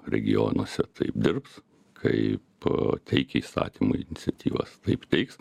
regionuose taip dirbs kaip teikia įstatymų iniciatyvas taip teiks